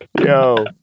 yo